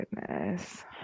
goodness